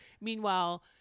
Meanwhile